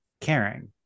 caring